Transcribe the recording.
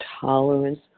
tolerance